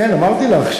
כן, אמרתי לך.